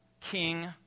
king